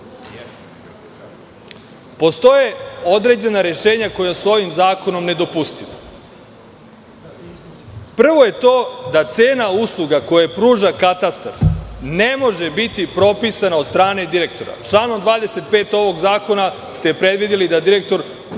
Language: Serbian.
radu? Postoje određena rešenja koja su ovim zakonom nedopustiva. Prvo je to da cena usluga koju pruža katastar ne može biti propisana od strane direktora. Članom 25. ovog zakona ste predvideli da direktor